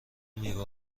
میوه